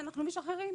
אנחנו משחררים,